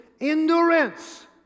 endurance